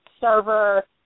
server